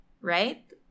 right